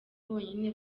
bonyine